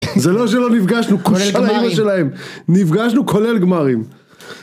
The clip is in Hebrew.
זה לא שלא נפגשנו, "כוס על האמא שלהם" שלהם, נפגשנו כולל גמרים.